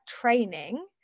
training